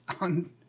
on